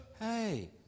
Hey